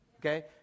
Okay